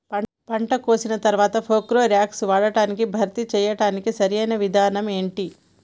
పంట కోసిన తర్వాత ప్రోక్లోరాక్స్ వాడకాన్ని భర్తీ చేయడానికి సరియైన విధానం ఏమిటి?